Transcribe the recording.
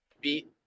beat